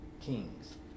kings